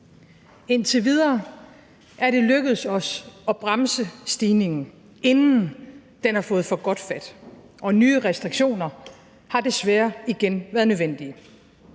Indtil videre er det lykkedes os at bremse stigningen, inden den har fået for godt fat, og nye restriktioner har desværre igen været nødvendige.